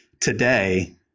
today